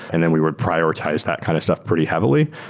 and then we would prioritize that kind of stuff pretty heavily.